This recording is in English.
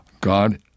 God